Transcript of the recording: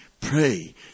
pray